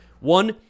One